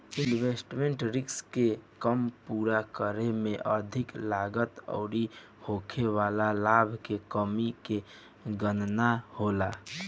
investment risk के काम पूरा करे में अधिक लागत अउरी होखे वाला लाभ के कमी के गणना होला